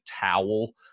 towel